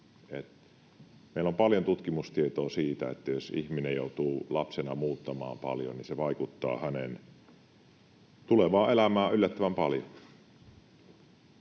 Meillä on paljon tutkimustietoa siitä, että jos ihminen joutuu lapsena muuttamaan paljon, niin se vaikuttaa hänen tulevaan elämäänsä yllättävän paljon.